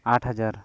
ᱟᱴ ᱦᱟᱡᱟᱨ